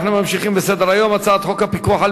אנחנו ממשיכים בסדר היום: הצעת חוק הפיקוח על